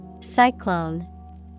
Cyclone